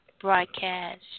broadcast